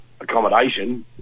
accommodation